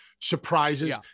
surprises